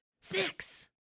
snacks